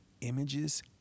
images